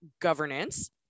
governance